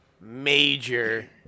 major